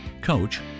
coach